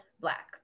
black